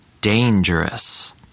dangerous